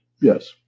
Yes